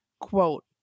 quote